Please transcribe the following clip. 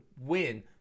win